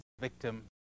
victim